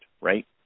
right